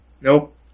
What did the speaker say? Nope